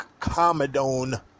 comedone